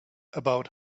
about